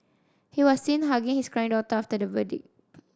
he was seen hugging his crying daughter after the verdict